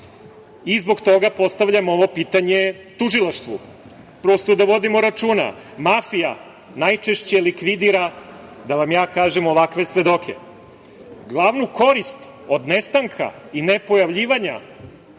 i zbog toga postavljam ovo pitanje tužilaštvu. Prosto, da vodimo računa. Mafija najčešće likvidira, da vam ja kažem, ovakve svedoke. Glavnu korist od nestanka i nepojavljivanja